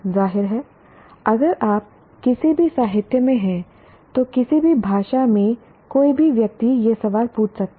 जाहिर है अगर आप किसी भी साहित्य में हैं तो किसी भी भाषा में कोई भी व्यक्ति यह सवाल पूछ सकता है